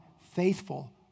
faithful